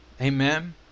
Amen